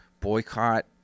boycott